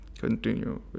continue